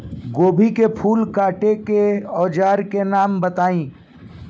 गोभी के फूल काटे के औज़ार के नाम बताई?